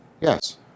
Yes